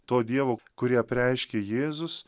to dievo kurį apreiškė jėzus